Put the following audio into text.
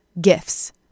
gifts